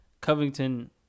Covington